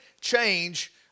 change